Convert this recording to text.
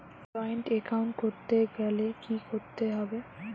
Joint account করতে গেলে কি করতে হবে?